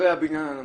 הבניין הנמוך.